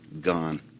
gone